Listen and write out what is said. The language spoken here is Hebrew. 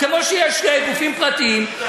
כמו שיש גופים פרטיים,